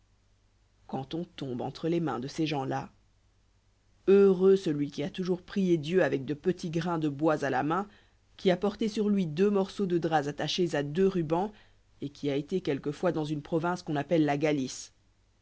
quand on tombe entre les mains de ces gens-là heureux celui qui a toujours prié dieu avec de petits grains de bois à la main qui a porté sur lui deux morceaux de drap attachés à deux rubans et qui a été quelquefois dans une province qu'on appelle la galice